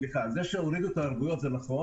זה נכון שהורידו את הערבויות,